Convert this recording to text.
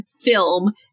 film